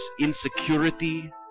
insecurity